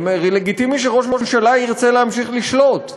זה לגיטימי שראש ממשלה ירצה להמשיך לשלוט.